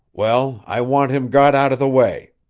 well, i want him got out of the way.